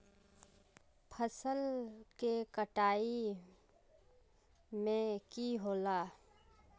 फसल के कटाई में की होला?